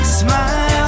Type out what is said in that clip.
smile